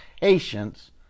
patience